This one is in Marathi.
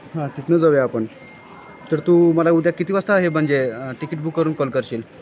हां तिथनं जाऊया आपण तर तू मला उद्या किती वाजता आहे म्हणजे तिकीट बुक करून कॉल करशील